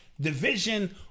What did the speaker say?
division